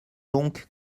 donc